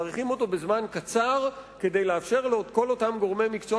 מאריכים אותו בזמן קצר כדי לאפשר לכל אותם גורמי מקצוע